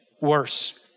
worse